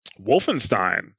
Wolfenstein